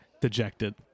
dejected